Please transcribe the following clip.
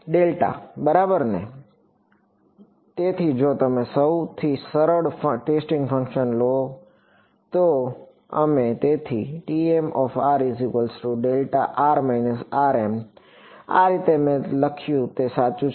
delta બરાબરને તેથી જો તમે સૌથી સરળ ટેસ્ટિંગ ફંક્શન લો તો અમે તેથી આ રીતે મેં તે સાચું લખ્યું છે